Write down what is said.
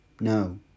No